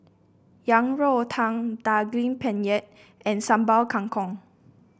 Yang Rou Tang Daging Penyet and Sambal Kangkong